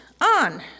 on